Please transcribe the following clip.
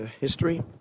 history